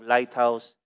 Lighthouse